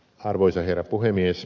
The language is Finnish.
arvoisa herra puhemies